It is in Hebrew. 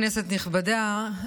כנסת נכבדה,